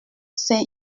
saint